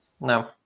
no